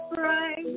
right